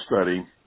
study